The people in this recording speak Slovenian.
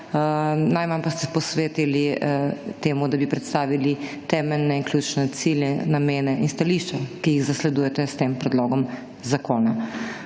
najmanj pa ste posvetili temu, da bi predstavili temeljne in ključne cilje, namene in stališča, ki jih zasledujete s tem predlogom zakona.